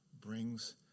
brings